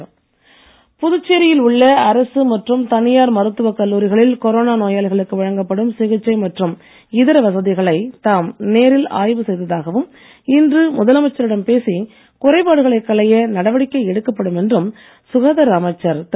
மல்லாடி புதுச்சேரியில் உள்ள அரசு மற்றும் தனியார் மருத்துவ கல்லூரிகளில் கொரோனா நோயாளிகளுக்கு வழங்கப்படும் சிகிச்சை மற்றும் இதர வசதிகளை தாம் நேரில் ஆய்வு செய்ததாகவும் இன்று முதலமைச்சரிடம் பேசி குறைபாடுகளை களைய நடவடிக்கை எடுக்கப்படும் என்றும் சுகாதார அமைச்சர் திரு